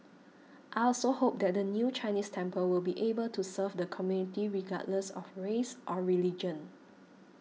I also hope that the new Chinese temple will be able to serve the community regardless of race or religion